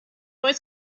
was